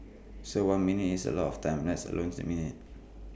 so one minute is A lot of time let alone six minutes